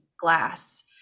glass